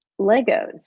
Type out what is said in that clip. Legos